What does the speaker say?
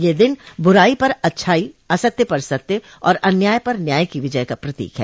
यह दिन बुराई पर अच्छाई असत्य पर सत्य और अन्याय पर न्याय की विजय का प्रतीक है